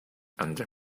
under